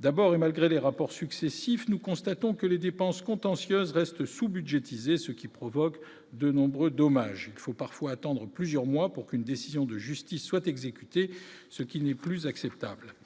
d'abord, et malgré les rapports successifs, nous constatons que les dépenses contentieuse reste sous-budgétisé, ce qui provoque de nombreux dommages, il faut parfois attendre plusieurs mois pour qu'une décision de justice soit exécuté, ce qui n'est plus acceptable,